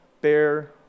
bear